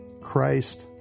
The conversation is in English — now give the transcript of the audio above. Christ